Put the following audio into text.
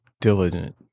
diligent